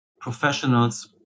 professionals